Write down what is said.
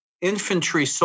infantry